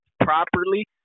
properly